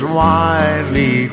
widely